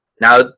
Now